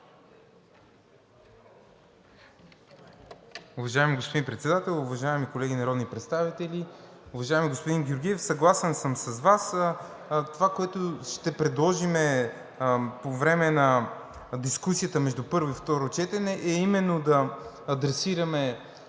Уважаеми господин Председател, уважаеми колеги народни представители! Уважаеми господин Георгиев, съгласен съм с Вас. Това, което ще предложим по време на дискусията между първо и второ четене, е именно да адресираме